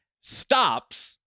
stops